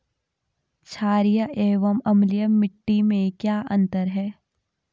छारीय एवं अम्लीय मिट्टी में क्या अंतर है?